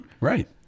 Right